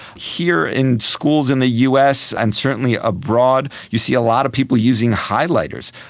here in schools in the us and certainly abroad you see a lot of people using highlighters,